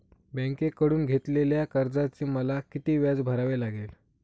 बँकेकडून घेतलेल्या कर्जाचे मला किती व्याज भरावे लागेल?